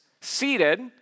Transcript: seated